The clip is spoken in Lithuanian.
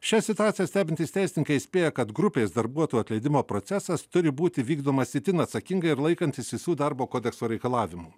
šią situaciją stebintys teisininkai įspėja kad grupės darbuotojų atleidimo procesas turi būti vykdomas itin atsakingai ir laikantis visų darbo kodekso reikalavimų